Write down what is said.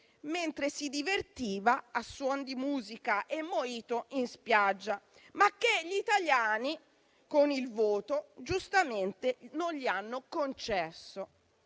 mentre si divertiva a suon di musica e *mojito* in spiaggia. Pieni poteri che gli italiani, con il voto, giustamente non gli hanno concesso.